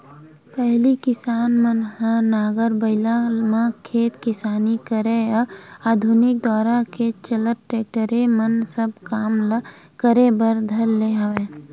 पहिली किसान मन ह नांगर बइला म खेत किसानी करय अब आधुनिक दौरा के चलत टेक्टरे म सब काम ल करे बर धर ले हवय